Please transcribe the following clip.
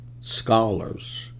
scholars